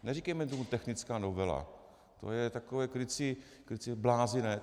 Neříkejme tomu technická novela, to je takové krycí, krycí... blázinec.